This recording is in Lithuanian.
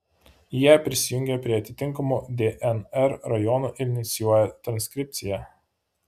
jie prisijungia prie atitinkamų dnr rajonų ir inicijuoja transkripciją